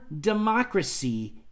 democracy